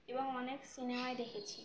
এবং অনেক সিনেমায় দেখেছি